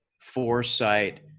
foresight